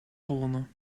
gewonnen